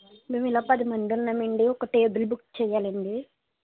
మేమిలా పదిమంది ఉన్నామండి ఒక టేబుల్ బుక్ చెయ్యాలండి